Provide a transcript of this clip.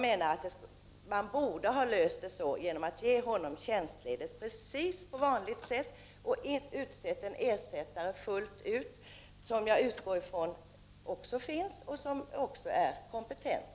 Det borde ha ordnats så att han hade fått tjänstledighet på vanligt sätt och att en ersättare utsetts, som jag utgår från finns och som också är kompetent.